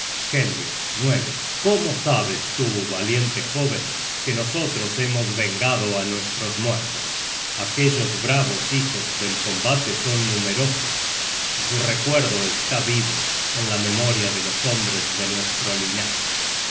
sangre helge cómo sabes tú valiente jóven que nosotros hemos vengado á nuestros muertos aquellos bravos hijos del combate son numerosos y su recuerdo está vivo en la memoria de los hombres de nuestro ünaje